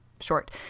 short